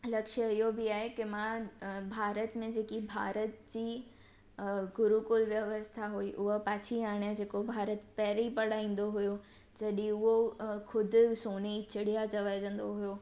लक्ष्य इहो बि आहे की मां अ भारत में जेकी भारत जी अ गुरूकुल व्यवस्था हुई हूअ पाछी हाणे जेको भारत पहिरीं पढ़ाईंदो हुयो जॾहिं उहो अ खुद सोण जी चिड़िया चवाईजंदो हुयो